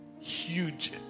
Huge